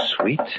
sweet